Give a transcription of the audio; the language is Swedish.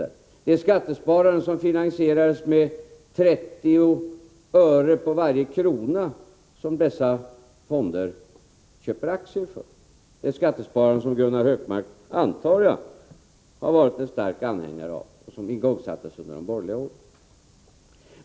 Jag talar om det skattesparande som finansierades med 30 öre på varje krona, det skattesparande som jag antar att Gunnar Hökmark varit en stark anhängare av och som igångsattes under de borgerliga åren.